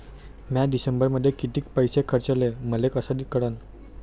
म्या डिसेंबरमध्ये कितीक पैसे खर्चले मले कस कळन?